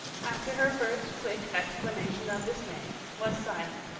after her first quick exclamation of dismay, was silent.